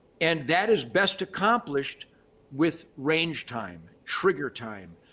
and that is best accomplished with range time, trigger time,